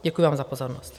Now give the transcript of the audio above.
Děkuji vám za pozornost.